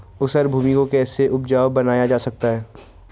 ऊसर भूमि को कैसे उपजाऊ बनाया जा सकता है?